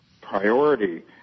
priority